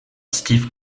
steve